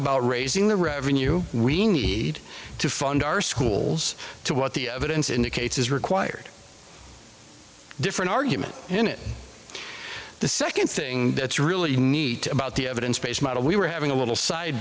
about raising the revenue we need to fund our schools to what the evidence indicates is required different argument in it the second thing that's really neat about the evidence based model we were having a little side